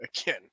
again